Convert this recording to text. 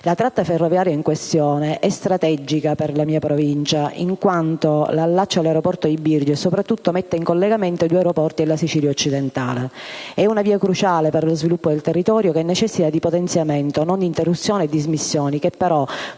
La tratta ferroviaria in questione è strategica per la mia Provincia, in quanto la allaccia all'aeroporto di Birgi e, soprattutto, mette in collegamento i due aeroporti della Sicilia occidentale. È una via cruciale per lo sviluppo del territorio che necessita di potenziamento, non di interruzioni e dismissioni, e che però,